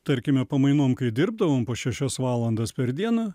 tarkime pamainom kai dirbdavom po šešias valandas per dieną